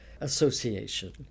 association